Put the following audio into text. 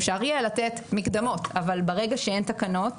אפשר יהיה לתת מקדמות אבל ברגע שאין תקנות,